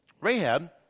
Rahab